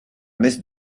messe